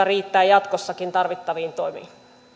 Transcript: riittää jatkossakin rohkeutta tarvittaviin toimiin arvoisa puhemies